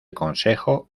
consejo